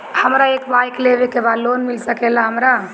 हमरा एक बाइक लेवे के बा लोन मिल सकेला हमरा?